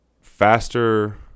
Faster